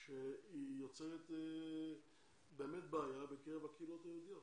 שהיא יוצרת בעיה בקרב הקהילות היהודיות